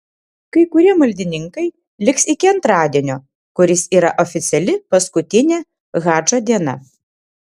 kai kurie maldininkai liks iki antradienio kuris yra oficiali paskutinė hadžo diena